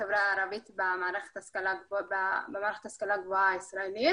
החברה הערבית במערכת ההשכלה הגבוהה הישראלית.